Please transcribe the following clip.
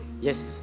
yes